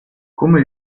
come